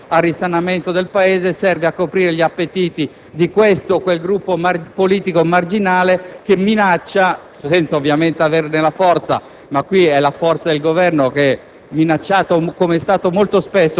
ulteriori che non va certo a risanamento del Paese, ma serve a coprire gli appetiti di questo o quel Gruppo politico marginale che minaccia, senza ovviamente averne la forza (ma qui si evidenzia la forza del Governo che,